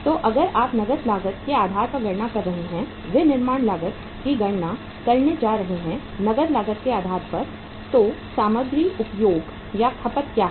तो अगर आप नकद लागत के आधार पर गणना कर रहे हैं विनिर्माण लागत की गणना करने जा रहे हैं नगद लागत के आधार पर तू सामग्री उपभोग या खपत क्या है